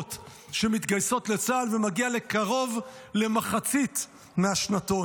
שמתגייסות לצה"ל והוא מגיע לקרוב למחצית מהשנתון.